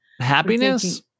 Happiness